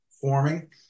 forming